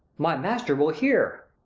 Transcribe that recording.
my master will hear!